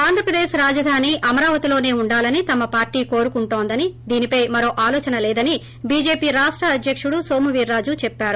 ఆంధ్రప్రదేశ్ రాజధాని అమరావతిలోసే ఉండాలని తమ పార్టీ కోరుకుంటోందని దీనిపై మరో ఆలోచన లేదని బీజేపి రాష్ట అధ్యకుడు నోము వీర్రాజు చెప్పారు